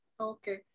Okay